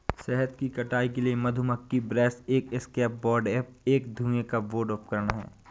शहद की कटाई के लिए मधुमक्खी ब्रश एक एस्केप बोर्ड और एक धुएं का बोर्ड उपकरण हैं